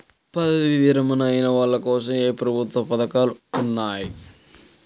పదవీ విరమణ అయిన వాళ్లకోసం ఏ ప్రభుత్వ పథకాలు ఉన్నాయి?